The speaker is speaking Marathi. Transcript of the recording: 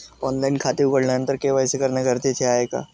ऑनलाईन खाते उघडल्यानंतर के.वाय.सी करणे गरजेचे आहे का?